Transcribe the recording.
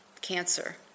cancer